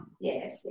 Yes